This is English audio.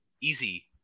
easy